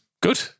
Good